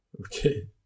okay